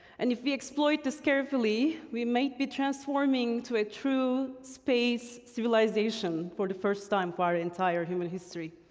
and if we exploit this carefully, we might be transforming to a true space civilization for the first time for our entire human history,